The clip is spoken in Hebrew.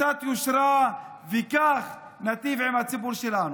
קצת יושרה, וכך ניטיב עם הציבור שלנו.